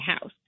house